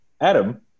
Adam